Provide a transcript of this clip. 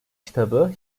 kitabı